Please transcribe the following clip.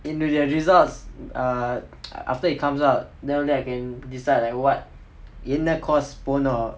என்னுடைய:ennudaiya results err after it comes out then after that I can decide like what என்ன:enna course போனும்:ponum